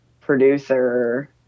producer